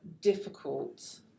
difficult